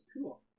cool